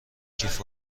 کیف